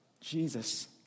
Jesus